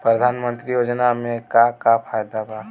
प्रधानमंत्री योजना मे का का फायदा बा?